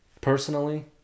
personally